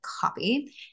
copy